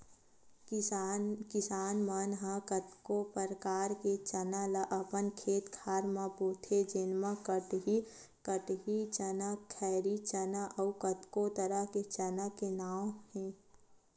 किसान मन ह कतको परकार के चना ल अपन खेत खार म बोथे जेमा कटही चना, खैरी चना अउ कतको तरह के चना के नांव हे